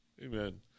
Amen